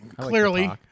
Clearly